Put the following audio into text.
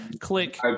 click